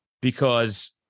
because-